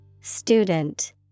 Student